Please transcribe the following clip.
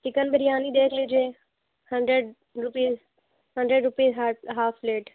chicken biryani دیکھ لیجیے hundred rupees hundred rupees ہاڈ ہاف پلیٹ